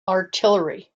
artillery